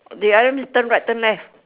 they ask me turn right turn left